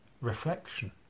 reflection